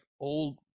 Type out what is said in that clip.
old